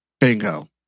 Bingo